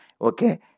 okay